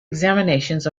examinations